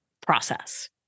process